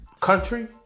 country